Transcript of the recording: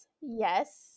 yes